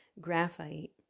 graphite